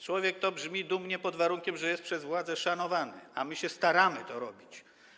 Człowiek - to brzmi dumnie, pod warunkiem że jest przez władzę szanowany, a my się staramy to robić.